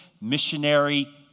missionary